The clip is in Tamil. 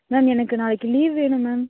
மேம் எனக்கு நாளைக்கு லீவ் வேணும் மேம்